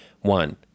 One